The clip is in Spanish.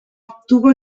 obtuvo